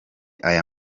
aya